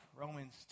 Romans